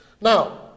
Now